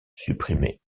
supprimer